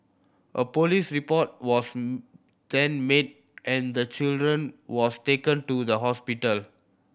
a police report was then made and the children was taken to the hospital